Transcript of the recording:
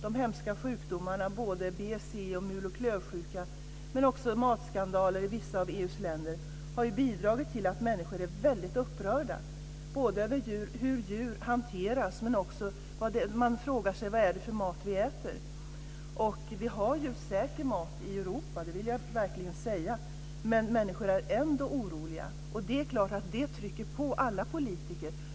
De hemska sjukdomarna BSE och mul och klövsjuka men också matskandaler i vissa av EU:s länder har, tyvärr, bidragit till att människor är mycket upprörda över hur djur hanteras. Man frågar sig också vad det är för mat vi äter. Vi har säker mat i Europa, det vill jag verkligen säga. Men människor är ändå oroliga. Det trycker på alla politiker.